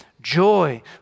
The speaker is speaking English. joy